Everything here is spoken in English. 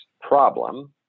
problem